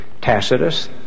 Tacitus